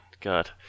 God